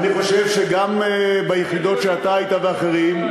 אני חושב שגם ביחידות שבהן אתה היית ואחרים,